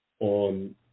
on